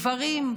גברים,